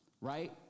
right